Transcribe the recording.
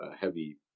heavy